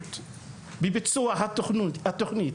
התנהלות בביצוע התוכנית